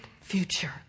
future